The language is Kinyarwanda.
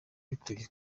bikwiye